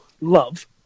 love